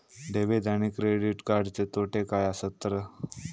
Debit आणि credit कार्डचे तोटे काय आसत तर?